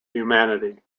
humanity